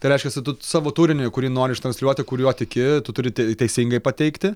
tai reiškiasi tu savo turinį kurį nori ištransliuoti kuriuo tiki tu turi t teisingai pateikti